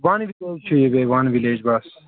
وَن village چھُ یہِ بیٚیہِ وَن وِلَیٚج بَس